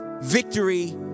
victory